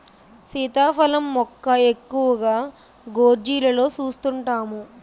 సీతాఫలం మొక్క ఎక్కువగా గోర్జీలలో సూస్తుంటాము